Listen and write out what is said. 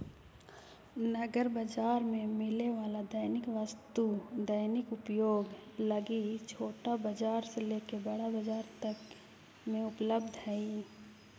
नगर बाजार में मिले वाला दैनिक वस्तु दैनिक उपयोग लगी छोटा बाजार से लेके बड़ा बाजार तक में उपलब्ध हई